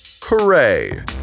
Hooray